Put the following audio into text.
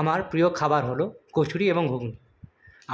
আমার প্রিয় খাবার হলো কচুরি এবং ঘুগনি